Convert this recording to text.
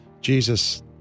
Jesus